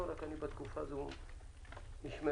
היא אומרת לי: ברצון, רק שבתקופה הזאת אני נשמרת.